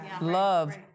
Love